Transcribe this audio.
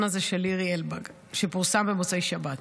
הזה של לירי אלבג שפורסם במוצאי שבת.